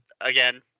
again